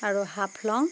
আৰু হাফলং